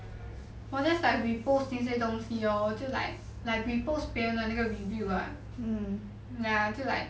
我 just like repost 这些东西 lor 就 like like repost 别人的那个 reviewed lah 就 like